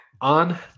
on